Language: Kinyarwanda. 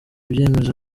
byemezo